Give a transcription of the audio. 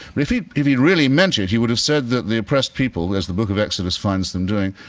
if he if he really meant it, he would have said that the oppressed people, as the book of exodus finds them doing,